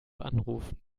anrufen